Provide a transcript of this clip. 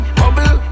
bubble